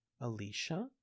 alicia